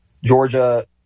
Georgia